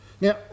Now